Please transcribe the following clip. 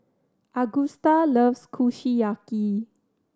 Agusta loves Kushiyaki